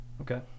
okay